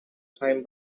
time